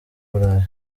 burayi